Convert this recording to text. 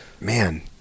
man